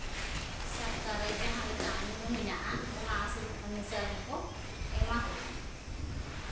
ᱥᱟᱯᱛᱟ ᱨᱮ ᱡᱟᱦᱟᱸ ᱞᱮᱠᱟ ᱢᱮᱱᱩ ᱢᱮᱱᱟᱜᱼᱟ ᱚᱱᱟ ᱚᱱᱩᱥᱟᱨ ᱜᱮ ᱠᱚ ᱮᱢᱟ ᱠᱚ ᱠᱟᱱᱟ